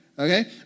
Okay